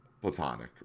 platonic